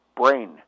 brain